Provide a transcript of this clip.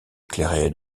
éclairé